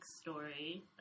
story